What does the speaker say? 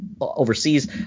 overseas